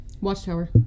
watchtower